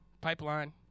pipeline